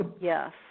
Yes